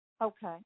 Okay